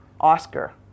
Oscar